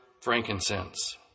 frankincense